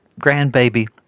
grandbaby